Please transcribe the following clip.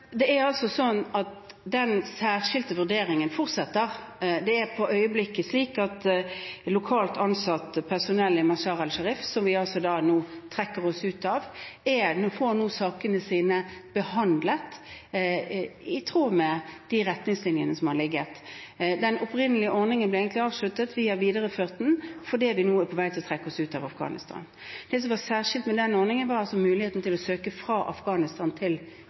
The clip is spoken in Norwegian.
Det er altså sånn at den særskilte vurderingen fortsetter. Det er for øyeblikket slik at lokalt ansatt personell i Mazar-e-Sharif, som vi nå trekker oss ut av, får sakene sine behandlet i tråd med de retningslinjene som har foreligget. Den opprinnelige ordningen ble egentlig avsluttet. Vi har videreført den fordi vi nå er på vei til å trekke oss ut av Afghanistan. Det som var særskilt med den ordningen, var muligheten til å søke fra Afghanistan til